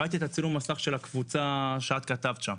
ראיתי את הצילום מסך של הקבוצה שאת כתבת שם.